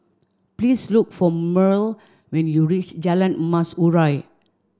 please look for Mearl when you reach Jalan Emas Urai